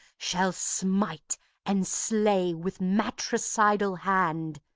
shall smite and slay with matricidal hand.